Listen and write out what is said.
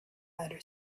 outer